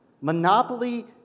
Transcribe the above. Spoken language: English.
Monopoly